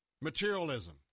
materialism